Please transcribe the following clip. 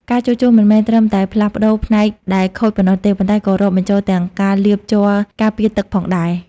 ការជួសជុលមិនមែនត្រឹមតែផ្លាស់ប្ដូរផ្នែកដែលខូចប៉ុណ្ណោះទេ ប៉ុន្តែក៏រាប់បញ្ចូលទាំងការលាបជ័រការពារទឹកផងដែរ។